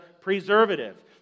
preservative